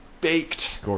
baked